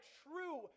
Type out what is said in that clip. true